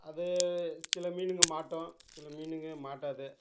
அது சில மீனுங்கள் மாட்டும் சில மீனுங்கள் மாட்டாது